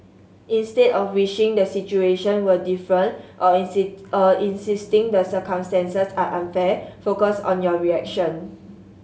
instead of wishing the situation were different or or insisting the circumstances are unfair focus on your reaction